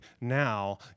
now